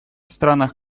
странах